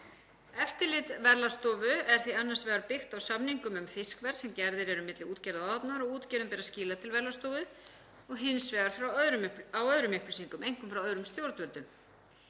Eftirlit Verðlagsstofu er því annars vegar byggt á samningum um fiskverð sem gerðir eru milli útgerðar og áhafnar og útgerðin ber að skila til Verðlagsstofu og hins vegar á öðrum upplýsingum, einkum frá öðrum stjórnvöldum.